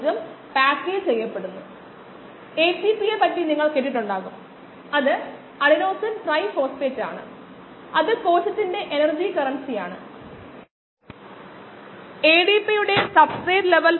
നമ്മൾ ഡ്രൈ ചെയ്യാൻ പോകുന്നതിനുമുമ്പ് നമ്മൾ ഒരു സാമ്പിൾ എടുത്ത് OD അളക്കുകയും അതുവഴി ഡ്രൈ സെൽ സാന്ദ്രത അവയുടെ വിവിധ മൂല്യങ്ങൾ ODമായി ബന്ധപ്പെടുത്തുകയും ചെയ്യാം നമുക്ക് ഒരു നിശ്ചിത പരിധിയിൽ ഒരു നേർരേഖ ലഭിക്കും അതാണ് കാലിബ്രേഷൻ കർവ്